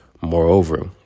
Moreover